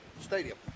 Stadium